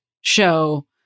show